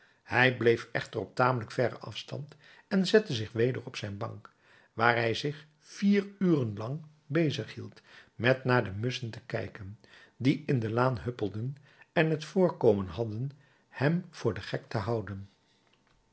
hij bleef echter op tamelijk verren afstand en zette zich weder op zijn bank waar hij zich vier uren lang bezighield met naar de musschen te kijken die in de laan huppelden en het voorkomen hadden hem voor den gek te houden